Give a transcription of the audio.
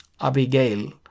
Abigail